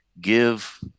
give